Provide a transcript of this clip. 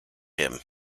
him